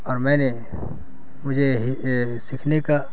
اور میں نے مجھے سیکھنے کا